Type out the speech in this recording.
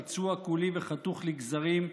פצוע כולי וחתוך לגזרים,